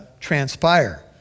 transpire